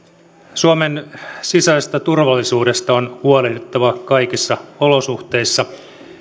suomen sisäisestä turvallisuudesta on huolehdittava kaikissa olosuhteissa